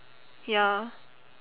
ya